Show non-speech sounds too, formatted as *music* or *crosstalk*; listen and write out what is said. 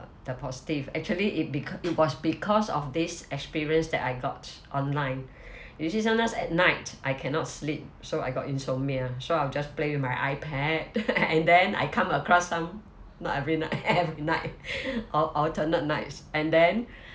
the positive actually it because it was because of this experience that I got online usually sometimes at night I cannot sleep so I got insomnia so I'll just play with my ipad *laughs* and then I come across some not every night *laughs* every night alt~ alternate nights and then